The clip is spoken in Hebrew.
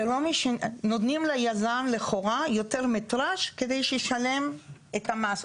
נותנים ליזם לכאורה יותר מטראז' כדי שישלם את המס,